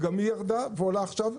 וגם היא ירדה ועולה עכשיו,